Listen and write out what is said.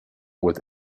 with